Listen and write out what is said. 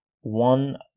one